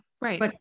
right